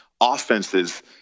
offenses